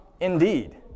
indeed